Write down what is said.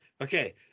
Okay